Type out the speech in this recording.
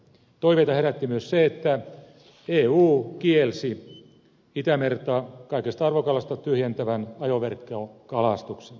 toiveita herätti myös se että eu kielsi itämerta kaikesta arvokalasta tyhjentävän ajoverkkokalastuksen